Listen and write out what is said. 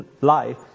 life